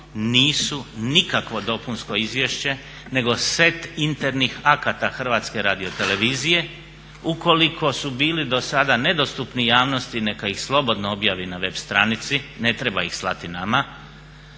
nisu nikakvo dopunsko izvješće nego set internih akata HRT-a, ukoliko su bili dosada nedostupni javnosti neka ih slobodno objavi na web stranici, ne treba ih slati nama,